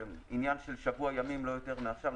זה עניין של שבוע ימים, לא יותר, מעכשיו.